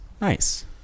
nice